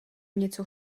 něco